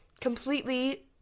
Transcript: completely